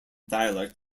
dialect